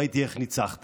ראיתי איך ניצחתי,